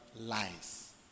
lies